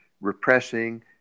repressing